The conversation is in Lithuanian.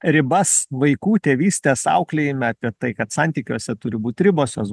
ribas vaikų tėvystės auklėjime apie tai kad santykiuose turi būt ribos jos